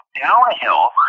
downhill